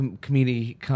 comedy